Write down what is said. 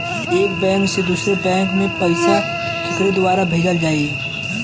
एक बैंक से दूसरे बैंक मे पैसा केकरे द्वारा भेजल जाई?